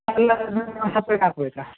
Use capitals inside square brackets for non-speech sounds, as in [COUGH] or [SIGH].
ಅಲ್ಲ [UNINTELLIGIBLE] ಸಪ್ರೇಟ್ ಹಾಕಬೇಕಾ